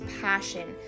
passion